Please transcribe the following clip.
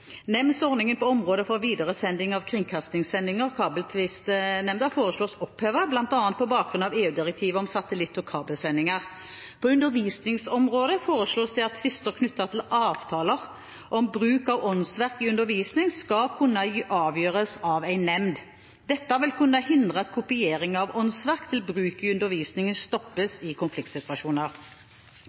Nemndsordningen på området for videresending av kringkastingssendinger, Kabeltvistnemnda, foreslås opphevet, bl.a. på bakgrunn av EU-direktivet om satellitt- og kabelsendinger. På undervisningsområdet foreslås det at tvister knyttet til avtaler om bruk av åndsverk i undervisning skal kunne avgjøres av en nemnd. Dette vil kunne hindre at kopiering av åndsverk til bruk i undervisningen stoppes i konfliktsituasjoner.